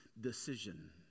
decision